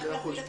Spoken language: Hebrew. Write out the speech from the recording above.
זה